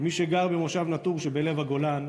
כמי שגר במושב נטור שבלב הגולן,